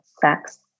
sex